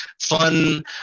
fun